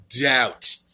doubt